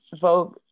vogue